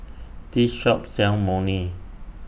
This Shop sells Imoni